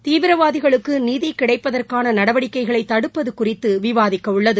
தீவிரவாதிகளுக்கு நிதிகிடைப்பதற்கான நடவடிக்கைகளை தடுப்பது குறித்து விவாதிக்கவுள்ளது